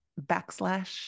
backslash